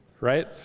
right